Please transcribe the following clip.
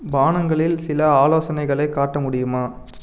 பானங்களில் சில ஆலோசனைகளைக் காட்ட முடியுமா